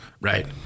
Right